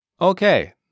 Okay